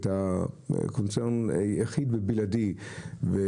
הקונצרן היחיד והבלעדי,